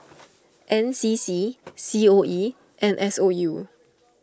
N C C C O E and S O U